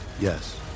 Yes